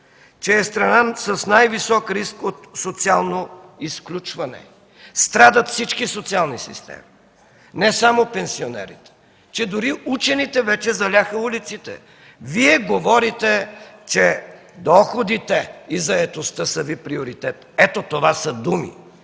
че е страна с най-висок риск от социално изключване. Страдат всички социални системи не само пенсионери, че дори учените вече заляха улиците. Вие говорите, че доходите и заетостта са Ви приоритет – ето, това са думи!